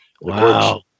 wow